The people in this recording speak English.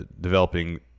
Developing